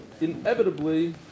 inevitably